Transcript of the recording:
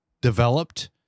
developed